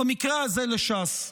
במקרה הזה לש"ס?